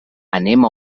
anem